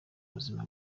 buzima